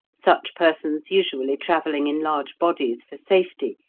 such persons usually travelling in large bodies for safety,